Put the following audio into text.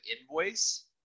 invoice